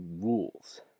rules